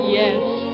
yes